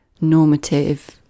normative